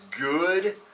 good